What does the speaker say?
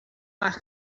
las